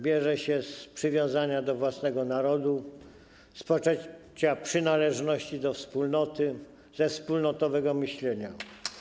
Bierze się z przywiązania do własnego narodu, poczucia przynależności do wspólnoty, ze wspólnotowego myślenia.